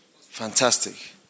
Fantastic